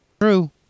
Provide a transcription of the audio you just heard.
True